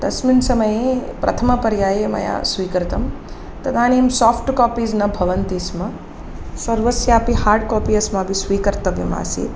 तस्मिन् समये प्रथमपर्याये मया स्वीकृतं तदानीं साफ़्ट् कापीस् न भवन्ति स्म सर्वस्यापि हार्ड् कापि अस्माभिः स्वीकर्तव्यमासीत्